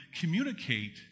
communicate